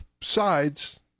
sides